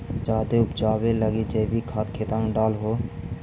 जायदे उपजाबे लगी जैवीक खाद खेतबा मे डाल हो?